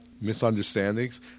Misunderstandings